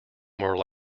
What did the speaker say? more